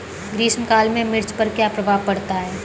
ग्रीष्म काल में मिर्च पर क्या प्रभाव पड़ता है?